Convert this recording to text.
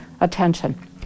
attention